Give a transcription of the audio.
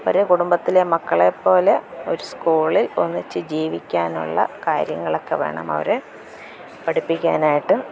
ഒരേ കുടുംബത്തിലെ മക്കളെ പോലെ ഒരു സ്കൂളിൽ ഒന്നിച്ച് ജീവിക്കാനുള്ള കാര്യങ്ങളൊക്കെ വേണം അവരെ പഠിപ്പിക്കാനായിട്ട്